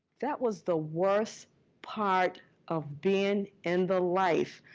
that was the worst part of being in the life.